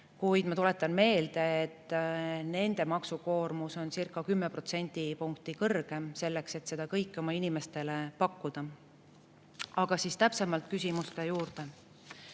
kuid ma tuletan meelde, et nende maksukoormus oncirca10 protsendipunkti kõrgem, selleks et seda kõike oma inimestele pakkuda. Aga täpsemalt küsimuste juurde.